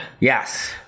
yes